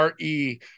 RE